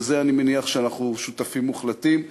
בזה אני מניח שאנחנו שותפים מוחלטים.